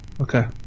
okay